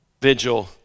vigil